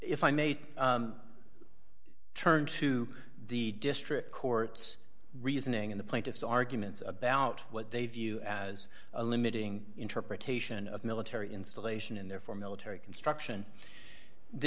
if i made turned to the district court's reasoning in the plaintiff's arguments about what they view as a limiting interpretation of military installation and therefore military construction the